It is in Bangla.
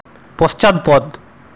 পশ্চাৎপদ